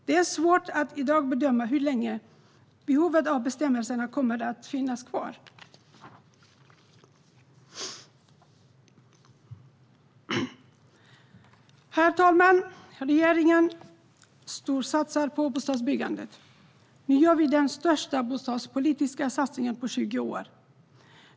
Det är svårt att i dag bedöma hur länge behovet av bestämmelsen kommer att finnas kvar. Herr talman! Regeringen storsatsar på bostadsbyggandet. Nu gör vi den största bostadspolitiska satsningen på 20 år.